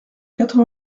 quatre